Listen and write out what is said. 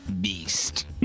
beast